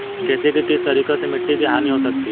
खेती के किस तरीके से मिट्टी की हानि हो सकती है?